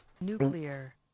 Nuclear